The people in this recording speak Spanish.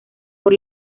por